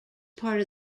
part